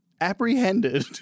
apprehended